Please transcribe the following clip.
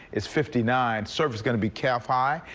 it's fifty nine service going to be kept high.